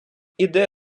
іде